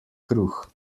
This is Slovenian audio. kruh